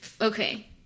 Okay